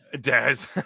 Daz